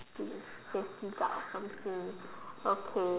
or something okay